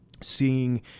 seeing